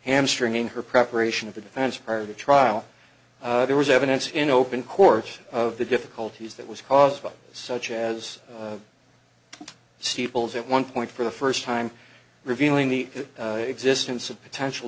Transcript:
hamstringing her preparation of the defense prior to trial there was evidence in open court of the difficulties that was caused by such as steeples at one point for the first time revealing the existence of potential